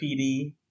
PD